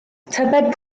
tybed